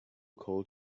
cold